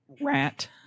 rat